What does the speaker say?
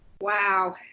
Wow